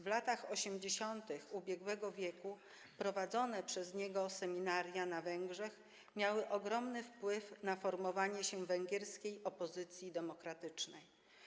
W latach 80. ubiegłego wieku prowadzone przez niego seminaria na Węgrzech miały ogromny wpływ na formowanie się węgierskiej opozycji demokratycznej.